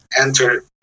enter